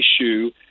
issue